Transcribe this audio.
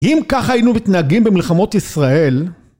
אם כך היינו מתנהגים במלחמות ישראל